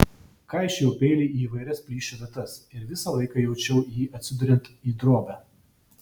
kaišiojau peilį į įvairias plyšio vietas ir visą laiką jaučiau jį atsiduriant į drobę